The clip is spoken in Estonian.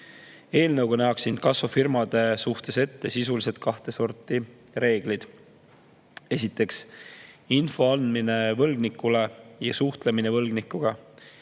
Eelnõuga nähakse inkassofirmade suhtes ette sisuliselt kahte sorti reeglid. Esiteks, info andmine võlgnikule ja suhtlemine võlgnikuga.